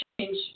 change